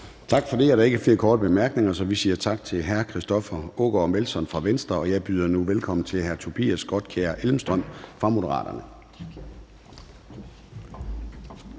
Gade): Der er ikke flere korte bemærkninger, så vi siger tak til hr. Christoffer Aagaard Melson fra Venstre. Og jeg byder nu velkommen til hr. Tobias Grotkjær Elmstrøm fra Moderaterne.